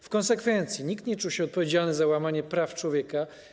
W konsekwencji nikt nie czuł się odpowiedzialny za łamanie praw człowieka.